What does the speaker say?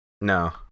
No